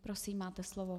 Prosím, máte slovo.